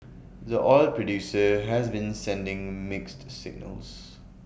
the oil producer has been sending mixed signals